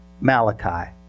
Malachi